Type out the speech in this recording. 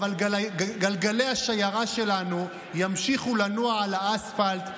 אבל גלגלי השיירה שלנו ימשיכו לנוע על האספלט,